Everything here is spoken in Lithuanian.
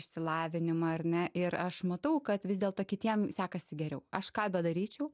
išsilavinimą ar ne ir aš matau kad vis dėlto kitiem sekasi geriau aš ką bedaryčiau